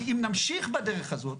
כי אם נמשיך בדרך הזאת,